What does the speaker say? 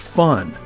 fun